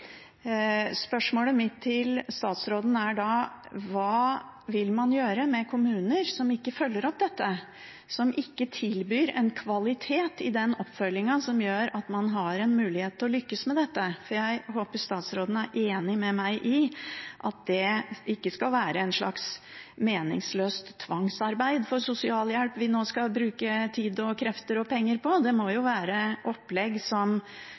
Spørsmålet mitt til statsråden er da: Hva vil man gjøre med kommuner som ikke følger opp dette, som ikke tilbyr en kvalitet i oppfølgingen som gjør at man har en mulighet til å lykkes med dette? Jeg håper statsråden er enig med meg i at det ikke skal være et slags meningsløst tvangsarbeid for sosialhjelp vi nå skal bruke tid, krefter og penger på. Det må være opplegg som